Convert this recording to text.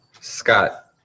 Scott